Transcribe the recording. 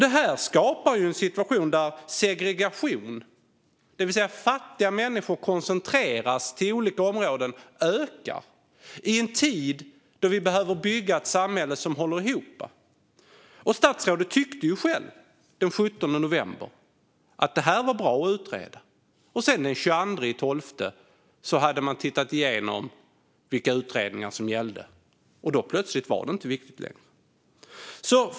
Det här skapar en situation där segregationen, det vill säga att fattiga människor koncentreras till olika områden, ökar i en tid då vi behöver bygga ett samhälle som håller ihop. Statsrådet tyckte ju själv den 17 november att det var bra att utreda frågan. Sedan, den 22 december, hade man tittat igenom vilka utredningar som gällde. Då var det plötsligt inte viktigt längre.